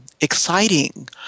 exciting